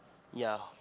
yeah